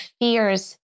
fears